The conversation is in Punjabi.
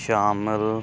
ਸ਼ਾਮਲ